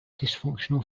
dysfunctional